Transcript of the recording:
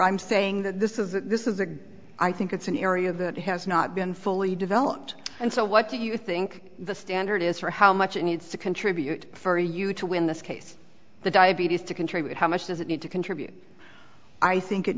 i'm saying that this is that this is a i think it's an area that has not been fully developed and so what do you think the standard is for how much it needs to contribute for you to win this case the diabetes to contribute how much does it need to contribute i think it